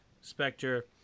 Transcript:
Spectre